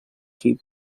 key